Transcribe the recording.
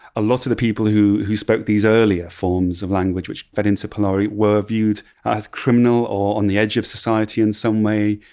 a lot of the people who who spoke these earlier forms of language which fed into polari were viewed as criminal, or on the edge of society in some way.